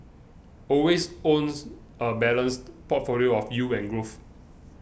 always owns a balanced portfolio of yield and growth